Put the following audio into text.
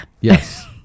Yes